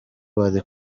bari